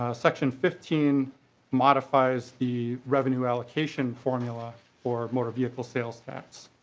ah section fifteen modifies the revenue allocation formula for motor vehicle sales tax.